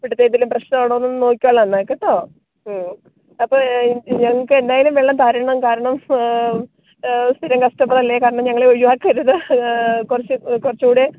ഇവിടുത്തെ ഏതേലും പ്രശ്നമാണോ എന്ന് നോക്കിക്കൊള്ളാം എന്നാൽ കേട്ടോ അപ്പോൾ ഞങ്ങൾക്ക് എന്നായാലും വെള്ളം തരണം കാരണം സ്ഥിരം കസ്റ്റമർ അല്ലെ കാരണം ഞങ്ങളെ ഒഴിവാക്കരുത് കുറച്ച് കുറച്ചും കൂടെ